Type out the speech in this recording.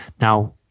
Now